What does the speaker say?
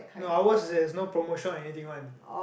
no ours is there's no promotion or anything one